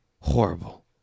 horrible